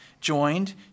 joined